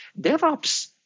DevOps